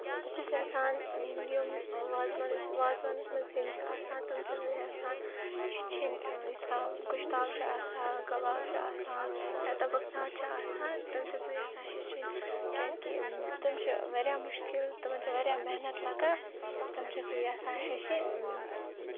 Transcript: بہٕ چھَس یَژھان یِم وازوانَس وازوانَس منٛز سِینۍ چھِ آسان تِم چھس بہٕ یژھان ہٮ۪چھِنۍ یِتھ کَنۍ گۄشتاب چھُ آسان کَباب چھُ آسان یا تَبکھ ناٹہِ چھُ آسان تِم چھَس بہٕ یَژھان ہیٚچھنۍ کیازِ کہِ تِم چھِ واریاہ مُشکِل تِمن چھِ واریاہ محنت لگان تِم چھَس بہٕ یَژھان یٮ۪چھِنۍ